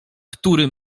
który